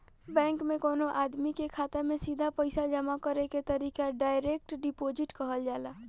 bank में कवनो आदमी के खाता में सीधा पईसा जामा करे के तरीका डायरेक्ट डिपॉजिट कहल जाला